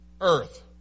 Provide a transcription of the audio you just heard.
earth